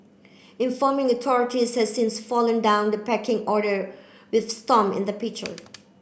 informing authorities has since fallen down the pecking order with Stomp in the picture